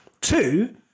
Two